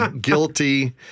guilty